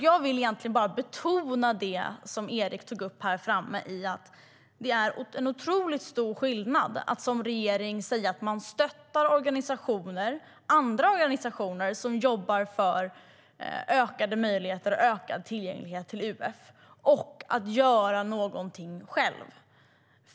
Jag vill egentligen bara betona det Erik tog upp, nämligen att det är otroligt stor skillnad mellan att som regering säga att man stöttar organisationer som jobbar för ökade möjligheter och ökad tillgänglighet till UF och att göra någonting själv.